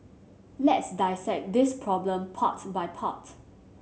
let's dissect this problem part by part